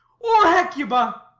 or hecuba?